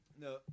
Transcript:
No